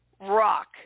rock